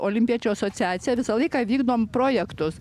olimpiečių asociacija visą laiką vykdom projektus